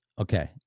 Okay